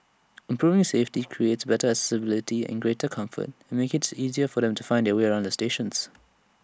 improving safety creating better accessibility in greater comfort and making IT easier for them to find their way around the stations